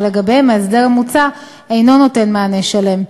לגביהם ההסדר המוצע אינו נותן מענה שלם,